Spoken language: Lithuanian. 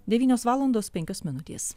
devynios valandos penkios minutės